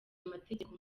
amategeko